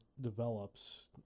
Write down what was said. develops